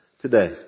today